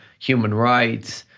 human rights,